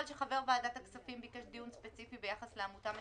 שחבר ועדת הכספים ביקש דיון ספציפי ביחס לעמותה מסוימת,